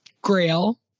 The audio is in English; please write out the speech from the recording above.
Grail